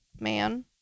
man